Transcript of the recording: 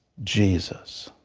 jesus.